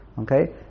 Okay